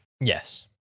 Yes